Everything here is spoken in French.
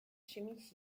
chez